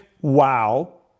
wow